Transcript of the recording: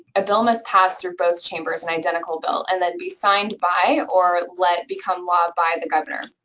a bill must pass through both chambers, an identical bill, and then be signed by or let become law by the governor.